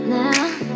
now